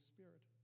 Spirit